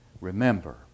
Remember